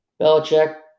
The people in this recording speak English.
Belichick